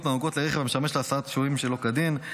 הנוגעות לרכב המשמש להסעת שוהים שלא כדין,